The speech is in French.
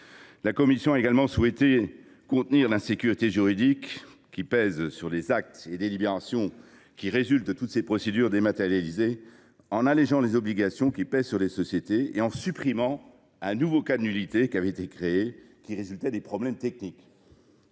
La commission a également souhaité contenir l’insécurité juridique planant sur les actes et délibérations issues des procédures dématérialisées, en allégeant les obligations qui pèsent sur les sociétés et en supprimant un nouveau cas de nullité pouvant résulter de problèmes techniques.